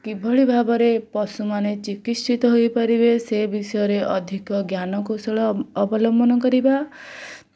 କିଭଳି ଭାବେ ପଶୁମାନେ ଚିକିତ୍ସିତ ହୋଇପାରିବେ ସେ ବିଷୟରେ ଅଧିକ ଜ୍ଞାନକୌଶଳ ଅବଲମ୍ବନ କରିବା